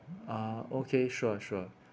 ah okay sure sure